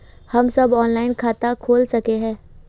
हम सब ऑनलाइन खाता खोल सके है?